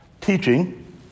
teaching